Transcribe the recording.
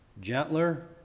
gentler